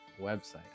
website